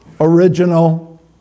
original